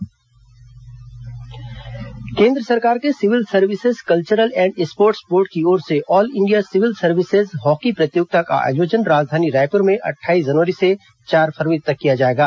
all India civil services tournament केंद्र सरकार के civil services cultural and sports board की ओर से all India civil services hockey प्रतियोगिता का आयोजन राजधानी रायपुर में अट्ठाईस जनवरी से चार फरवरी तक किया जाएगा